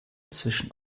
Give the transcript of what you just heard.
zwischen